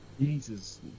Jesus